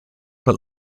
but